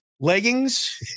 leggings